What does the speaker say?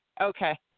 Okay